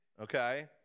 okay